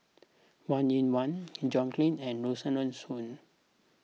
Wong Yoon Wah Ng John Clang and Rosaline Soon